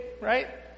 right